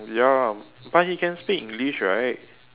ya lah but he can speak English right